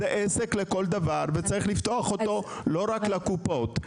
זה עסק לכול דבר וצריך לפתוח אותו לא רק לקופות.